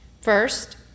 First